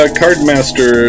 cardmaster